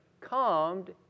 calmed